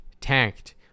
tanked